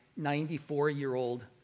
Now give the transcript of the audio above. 94-year-old